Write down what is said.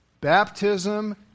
baptism